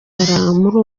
muri